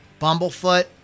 Bumblefoot